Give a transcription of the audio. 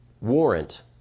Warrant